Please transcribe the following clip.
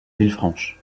villefranche